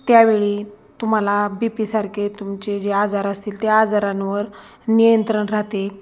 त्यावेळी तुम्हाला बी पीसारखे तुमचे जे आजार असतील त्या आजारांवर नियंत्रण राहते